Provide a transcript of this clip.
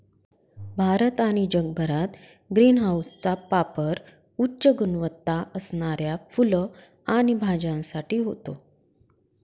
भारत आणि जगभरात ग्रीन हाऊसचा पापर उच्च गुणवत्ता असणाऱ्या फुलं आणि भाज्यांसाठी होतो